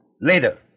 Later